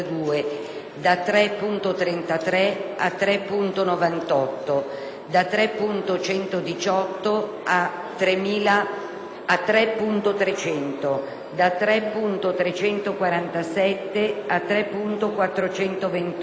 da 3.33 a 3.98, da 3.118 a 3.300, da 3.347 a 3.428,